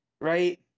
right